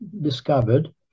discovered